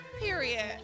Period